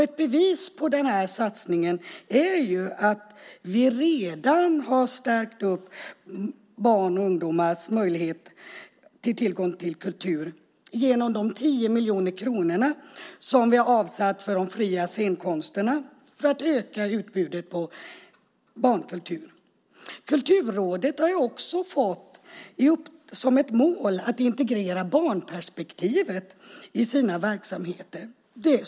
Ett bevis på denna satsning är att vi redan har stärkt barns och ungdomars möjlighet att ha tillgång till kultur genom de 10 miljoner kronor som vi avsatt till de fria scenkonsterna för att öka utbudet av barnkultur. Kulturrådet har också fått som ett mål att integrera barnperspektivet i sina verksamheter.